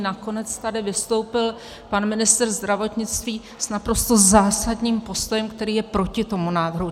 Nakonec tady vystoupil pan ministr zdravotnictví s naprosto zásadním postojem, který je proti tomu návrhu.